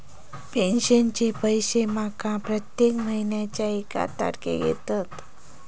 पेंशनचे पैशे माका प्रत्येक महिन्याच्या एक तारखेक येतत